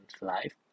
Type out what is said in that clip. life